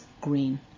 green